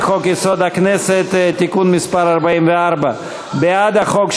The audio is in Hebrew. חוק-יסוד: הכנסת (תיקון מס' 44): בעד החוק,